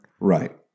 right